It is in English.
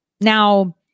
Now